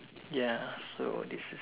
ya so this is